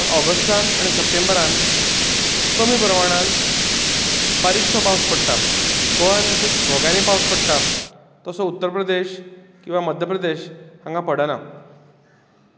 पण ऑगस्टान आनी सप्टेंबरान कमी प्रमाणान बारिकसो पावस पडटा गोंयांत जसो घोग्यांनी पावस पडटा तसो उत्तर प्रदेश किंवा मध्य प्रदेश हांगा पडना